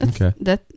Okay